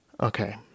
Okay